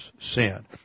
sin